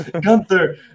Gunther